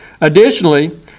Additionally